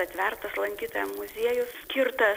atvertas lankytojam muziejus skirtas